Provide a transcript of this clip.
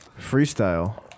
Freestyle